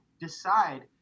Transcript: decide